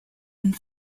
and